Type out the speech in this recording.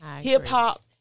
Hip-hop